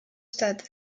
stade